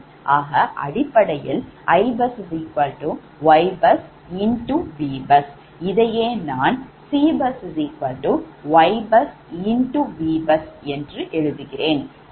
ஆக அடிப்படையில் IbusYbusVbus இதையே நான் CbusYbusVbus என்று எழுதுகிறேன்